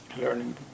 learning